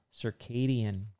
circadian